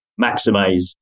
maximize